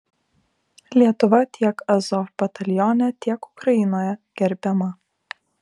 lietuva tiek azov batalione tiek ukrainoje gerbiama